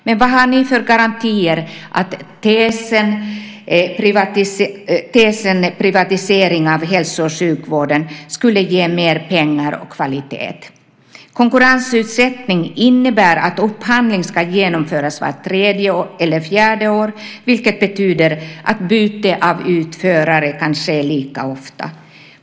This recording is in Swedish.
Men vad har ni för garantier för att tesen om privatisering av hälso och sjukvården skulle ge mer pengar och kvalitet? Konkurrensutsättning innebär att upphandling ska genomföras vart tredje eller vart fjärde år, vilket betyder att byte av utförare kan ske lika ofta.